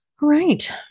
right